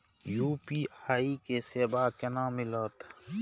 UPI के सेवा केना मिलत?